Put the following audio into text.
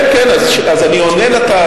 כן, כן, אז אני עונה על טענה.